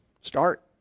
start